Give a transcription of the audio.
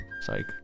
Psych